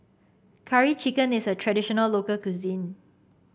Curry Chicken is a traditional local cuisine